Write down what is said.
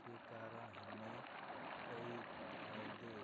के कारण हमें कई फायदे